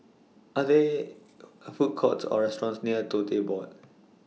Are There A Food Courts Or restaurants near Tote Board